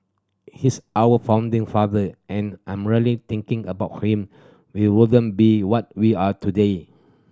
he's our founding father and I'm really thinking about him we wouldn't be what we are today